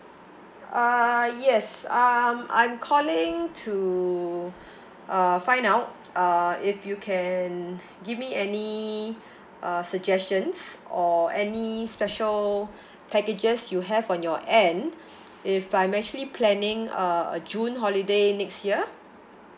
uh yes um I'm calling to uh find out uh if you can give me any uh suggestions or any special packages you have on your end if I'm actually planning a a june holiday next year